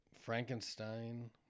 Frankenstein